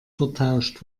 vertauscht